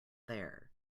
there